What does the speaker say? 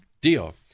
deal